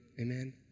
Amen